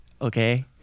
okay